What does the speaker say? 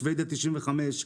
שבדיה 95,